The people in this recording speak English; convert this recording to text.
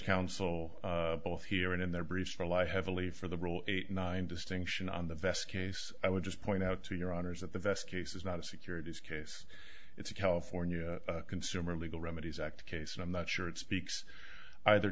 counsel both here and in their briefs rely heavily for the rule eight nine distinction on the best case i would just point out to your honor's that the best case is not a securities case it's a california consumer legal remedies act case and i'm not sure it speaks either